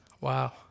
Wow